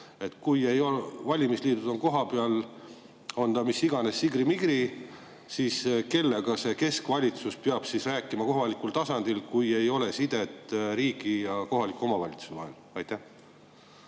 Kui valimisliidud on kohapeal, on nad mis iganes sigrimigri, siis kellega keskvalitsus peab rääkima kohalikul tasandil, kui ei ole sidet riigi ja kohaliku omavalitsuse vahel? Aitäh,